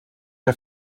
der